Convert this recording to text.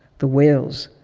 the whales.